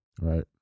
Right